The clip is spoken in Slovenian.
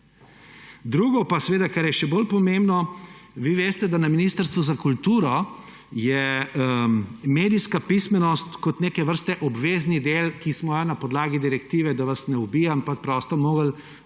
Drugo pa, seveda kar je še bolj pomembno, vi veste, da na Ministrstvu za kulturo je medijska pismenost kot neke vrste obvezni del, ki smo ga na podlagi direktive, da vas ne ubijam, preprosto morali